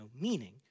meaning